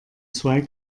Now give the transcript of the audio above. zwei